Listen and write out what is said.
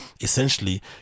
essentially